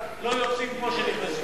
לא יוצאים כמו שנכנסים.